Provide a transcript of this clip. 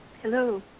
Hello